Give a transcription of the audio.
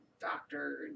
doctor